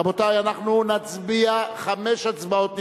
רבותי, אנחנו נצביע חמש הצבעות נפרדות.